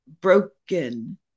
broken